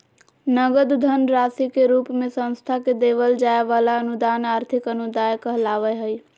नगद धन राशि के रूप मे संस्था के देवल जाय वला अनुदान आर्थिक अनुदान कहलावय हय